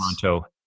Toronto